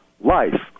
life